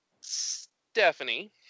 Stephanie